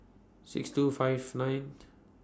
six two five ninth